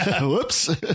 whoops